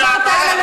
מחקרית,